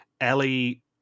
Ellie